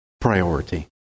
priority